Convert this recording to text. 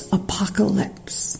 apocalypse